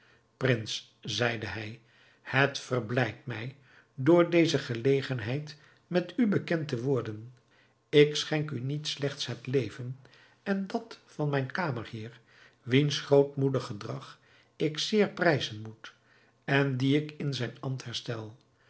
prins zeide hij het verblijdt mij door deze gelegenheid met u bekend te worden ik schenk u niet slechts het leven en dat van mijn kamerheer wiens grootmoedig gedrag ik zeer prijzen moet en dien ik in zijn ambt herstel